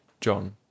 John